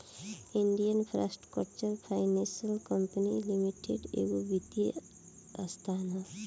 Indian infrastructure finance company limited एगो वित्तीय संस्था ह